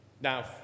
Now